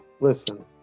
Listen